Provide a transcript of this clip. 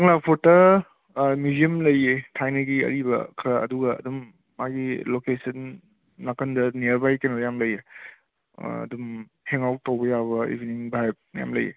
ꯀꯪꯂꯥ ꯐꯣꯔꯠꯇ ꯃ꯭ꯌꯨꯖꯤꯌꯝ ꯂꯩꯌꯦ ꯊꯥꯏꯅꯒꯤ ꯑꯔꯤꯕ ꯈꯔ ꯑꯗꯨꯒ ꯑꯗꯨꯝ ꯃꯥꯒꯤ ꯂꯣꯀꯦꯁꯟ ꯅꯥꯀꯟꯗ ꯅꯤꯌꯥꯔꯕꯥꯏ ꯀꯩꯅꯣ ꯌꯥꯝ ꯂꯩꯌꯦ ꯑꯗꯨꯝ ꯍꯦꯡ ꯑꯥꯎꯠ ꯇꯧꯕ ꯌꯥꯕ ꯏꯕꯅꯤꯡ ꯚꯥꯏꯞ ꯌꯥꯝꯅ ꯂꯩꯌꯦ